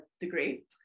degree